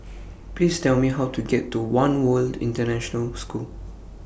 Please Tell Me How to get to one World International School